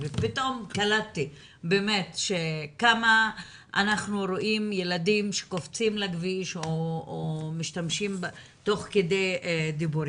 פתאום קלטתי כמה ילדים אנחנו רואים שקופצים לכביש תוך כדי דיבור